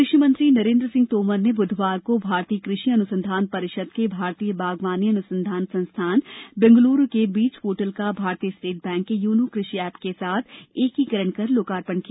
कृषि मंत्री नरेन्द्र सिंह तोमर ने बुधवार को भारतीय कृषि अनुसंधान परिषद के भारतीय बागवानी अनुसंधान संस्थान आईआईएचआर बेंगलुरु के बीज पोर्टल का भारतीय स्टेट बैंक के योनो कृषि ऐप के साथ एकीकरण कर लोकार्पण किया